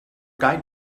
guide